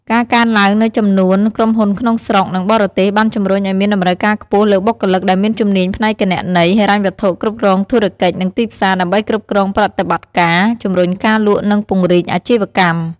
ការកើនឡើងនូវចំនួនក្រុមហ៊ុនក្នុងស្រុក និងបរទេស បានជំរុញឱ្យមានតម្រូវការខ្ពស់លើបុគ្គលិកដែលមានជំនាញផ្នែកគណនេយ្យ ហិរញ្ញវត្ថុ គ្រប់គ្រងធុរកិច្ច និងទីផ្សារ ដើម្បីគ្រប់គ្រងប្រតិបត្តិការ ជំរុញការលក់ និងពង្រីកអាជីវកម្ម។